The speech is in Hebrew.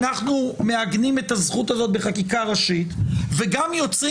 אנחנו מעגנים את הזכות הזאת בחקיקה ראשית וגם יוצרים